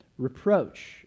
reproach